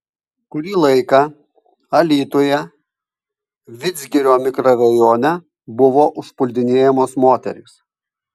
kurį laiką alytuje vidzgirio mikrorajone buvo užpuldinėjamos moterys